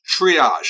Triage